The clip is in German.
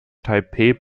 taipeh